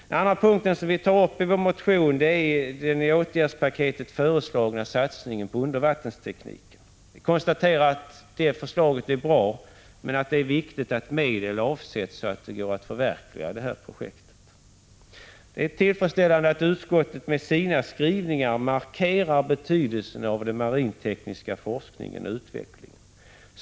Den andra punkt som vi tar upp i vår motion gäller den i åtgärdspaketet föreslagna satsningen på undervattensteknik. Det projektet är bra, men det är viktigt att medel avsätts så att det går att förverkliga. Det är tillfredsställande att utskottet genom sin skrivning markerar betydelsen av den marintekniska forskningen och utvecklingen.